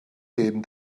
hen